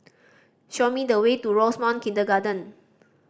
show me the way to Rosemount Kindergarten